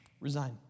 resign